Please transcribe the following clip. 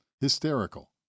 hysterical